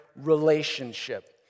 relationship